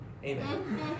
Amen